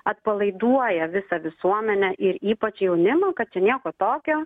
atpalaiduoja visą visuomenę ir ypač jaunimą kad čia nieko tokio